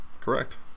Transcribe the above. Correct